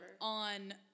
on